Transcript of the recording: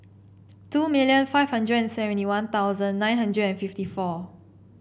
two million five hundred and seventy One Thousand nine hundred and fifty four